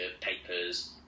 papers